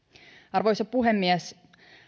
arvoisa puhemies